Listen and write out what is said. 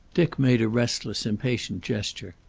dick made a restless, impatient gesture.